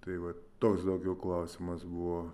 tai vat toks daugiau klausimas buvo